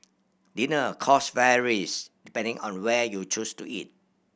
dinner cost varies depending on where you choose to eat